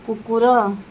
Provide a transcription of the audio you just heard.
କୁକୁର